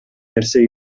нерсе